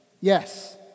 Yes